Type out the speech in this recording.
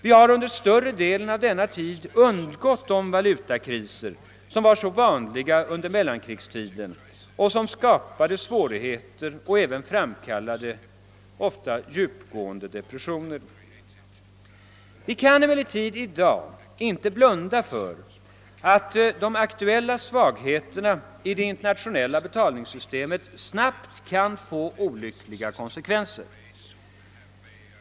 Vi har under större delen av denna tid undgått de valutakriser som var så vanliga under mellankrigstiden och som ska pade svårigheter och som även framkallade ofta djupgående depressioner. Vi kan emellertid i dag inte blunda för att de aktuella svagheterna i det internationella betalningssystemet snabbt kan få olyckliga konsekvenser.